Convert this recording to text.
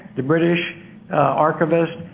the british archivist,